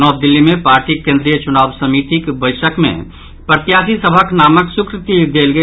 नव दिल्ली मे पार्टीक केंद्रीय चुनाव समितिक बैसक मे प्रत्याशी सभक नामक स्वीकृति देल गेल